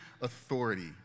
authority